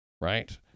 right